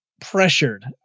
pressured